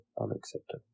unacceptable